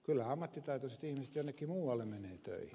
kyllä ammattitaitoiset ihmiset jonnekin muualle menevät töihin